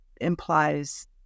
implies